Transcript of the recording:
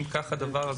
אם כך הדבר,